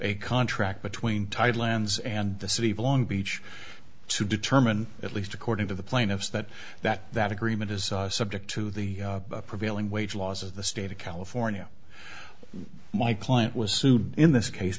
a contract between thailand's and the city of long beach to determine at least according to the plaintiffs that that that agreement is subject to the prevailing wage laws of the state of california my client was sued in this case